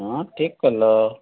ହଁ ଠିକ୍ କଲ